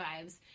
vibes